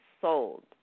sold